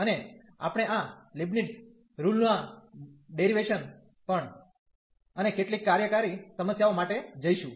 અને આપણે આ લીબનીત્ઝ રુલrule ના ડેરીવેશન પણ અને કેટલીક કાર્યકારી સમસ્યાઓ માટે જઈશું